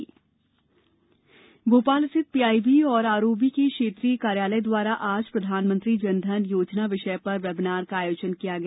जनधन योजना भोपाल स्थित पीआईबी और आरओबी के क्षेत्रीय कार्यालय द्वारा आज प्रधानमंत्री जन धन योजना विषय पर वेबिनार का आयोजन किया गया